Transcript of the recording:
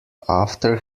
after